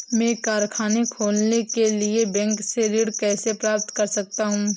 मैं कारखाना खोलने के लिए बैंक से ऋण कैसे प्राप्त कर सकता हूँ?